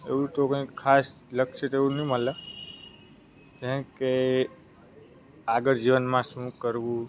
એવું તો કઈ ખાસ લક્ષ્ય જેવું નહીં મળે કેમકે આગળ જીવનમાં શું કરવું